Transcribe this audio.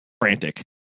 frantic